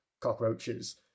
cockroaches